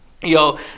Yo